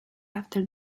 after